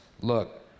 look